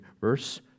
Verse